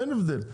אין הבדל,